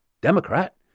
Democrat